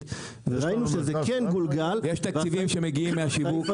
וראינו שזה כן גולגל --- ויש תקציבים שמגיעים מהשיווק,